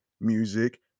music